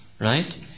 right